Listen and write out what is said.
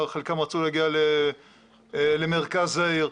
חלקם רצו להגיע למרכז העיר.